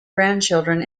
grandchildren